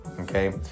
okay